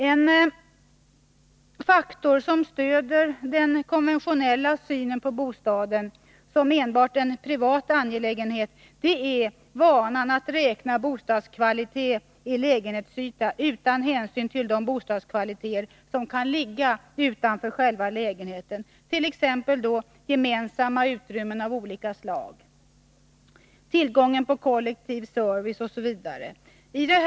En faktor som stöder den konventionella synen på bostaden som enbart en privat angelägenhet är vanan att räkna bostadskvalitet i lägenhetsyta utan hänsyn till de bostadskvaliteter som kan ligga utanför själva lägenheten, t.ex. gemensamma utrymmen av olika slag, tillgång till kollektiv service m.m.